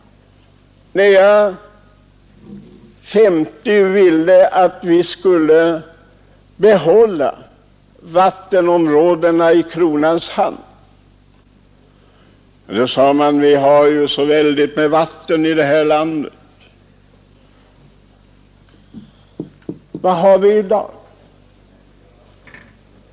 När jag 1950 ville att vi skulle behålla vattenområdena i kronans hand sade man: Vi har ju så väldigt mycket vatten i det här landet. Vad har vi i dag?